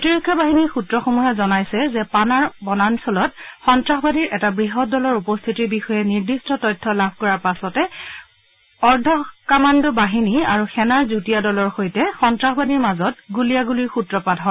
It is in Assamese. প্ৰতিৰক্ষা বাহিনীৰ সূত্ৰসমূহে জনাইছে যে পানাৰ বনাঞ্চলত সন্নাসবাদীৰ এটা বৃহৎ দলৰ উপস্থিতিৰ বিষয়ে নিৰ্দিষ্ট তথ্য লাভ কৰা পাছতে পানাৰ বনাঞ্চলত অৰ্ধ কামাণ্ডো বাহিনী আৰু সেনাৰ যুটীয়া দলৰ সৈতে সন্তাসবাদীৰ মাজত পুনৰ গুলীয়াগুলীৰ সূত্ৰপাত হয়